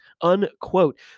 unquote